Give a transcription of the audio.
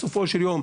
בסופו של יום,